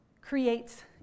creates